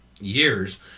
years